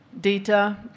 data